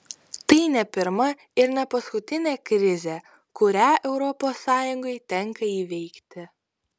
tai ne pirma ir ne paskutinė krizė kurią europos sąjungai tenka įveikti